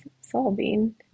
solving